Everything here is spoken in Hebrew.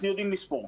אנחנו יודעים לספור,